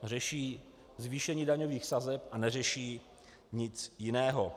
řeší zvýšení daňových sazeb a neřeší nic jiného.